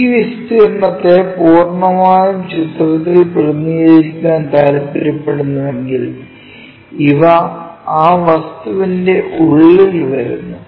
ഈ വിസ്തീർണ്ണത്തേ പൂർണ്ണമായും ചിത്രത്തിൽ പ്രതിനിധീകരിക്കാൻ താൽപ്പര്യപ്പെടുന്നെങ്കിൽ ഇവ ആ വസ്തുവിന്റെ ഉള്ളിൽ വരുന്നു